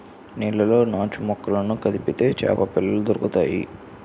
నీళ్లలో నాచుమొక్కలను కదిపితే చేపపిల్లలు దొరుకుతాయి